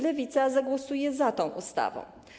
Lewica zagłosuje za tą ustawą.